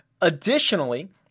Additionally